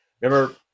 Remember